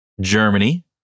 Germany